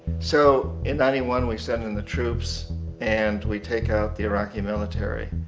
so, in ninety one, we send in the troops and we take out the iraqi military.